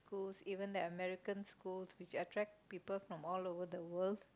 schools even the American school to attract people from all over the world